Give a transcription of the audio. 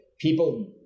People